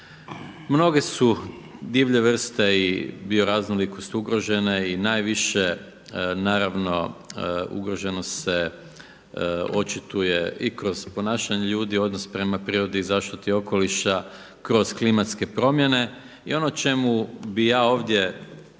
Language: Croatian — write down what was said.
Mnoge su divlje vrste i bioraznolikost ugrožene i najviše naravno ugroženost se očituje i kroz ponašanje ljudi, odnos prema prirodi i zaštiti okoliša, kroz klimatske promjene. I o čemu bih ja ovdje